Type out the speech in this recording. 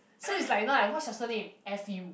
so is like you know like what's your surname F U